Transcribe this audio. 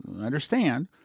understand